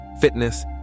fitness